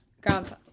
Grandpa